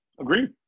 Agree